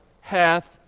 hath